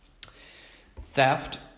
Theft